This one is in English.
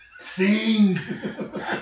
Sing